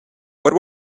what